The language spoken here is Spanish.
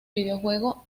videojuego